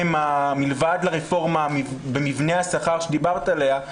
מלבד הרפורמה במבנה ה שכר שדיברת עליה,